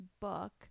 book